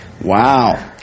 Wow